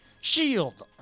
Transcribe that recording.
Shield